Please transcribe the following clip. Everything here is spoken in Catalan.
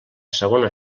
segona